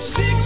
Six